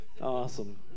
awesome